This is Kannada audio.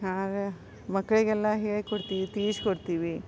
ಆಗ ಮಕ್ಕಳಿಗೆಲ್ಲ ಹೇಳ್ಕೊಡ್ತೀವಿ ತಿಳಿಸ್ಕೊಡ್ತೀವಿ